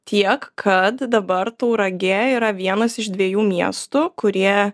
tiek kad dabar tauragė yra vienas iš dviejų miestų kurie